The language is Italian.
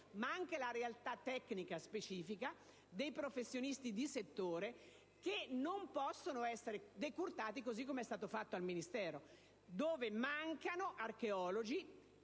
stessa; la realtà tecnica specifica dei professionisti di settore non può essere decurtata, così come è stato fatto al Ministero, dove mancano archeologi